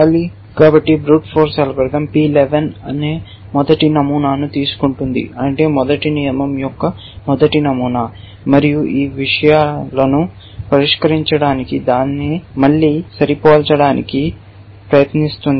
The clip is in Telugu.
కాబట్టి బ్రూట్ ఫోర్స్ అల్గోరిథం P11 అనే మొదటి నమూనాను తీసుకుంటుంది అంటే మొదటి నియమం యొక్క మొదటి నమూనా మరియు ఈ విషయాలను పరిష్కరించడానికి దాన్ని మళ్ళీ సరిపోల్చడానికి ప్రయత్నిస్తుంది